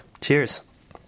cheers